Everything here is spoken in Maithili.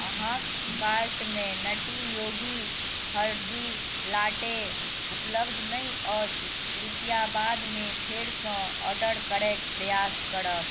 अहाँक कार्टमे नट्टी योगी हरदि लाट्टे उपलब्ध नहि अछि कृपया बादमे फेरसँ ऑर्डर करैक प्रयास करब